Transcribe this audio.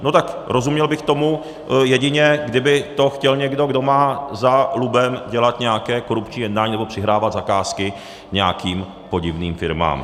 No tak rozuměl bych tomu, jedině kdyby to chtěl někdo, kdo má za lubem dělat nějaké korupční jednání nebo přihrávat zakázky nějakým podivným firmám.